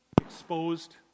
exposed